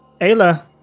Ayla